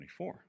24